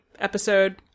episode